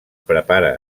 prepara